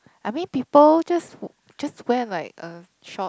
I mean people just just wear like a short